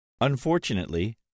Unfortunately